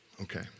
Okay